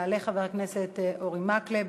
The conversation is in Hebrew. יעלה חבר הכנסת אורי מקלב.